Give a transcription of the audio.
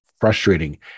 frustrating